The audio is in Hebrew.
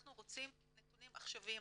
אנחנו רוצים נתונים עכשוויים.